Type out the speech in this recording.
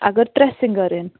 اَگر ترٛےٚ سِنٛگَر أنۍ